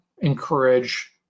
encourage